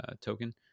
token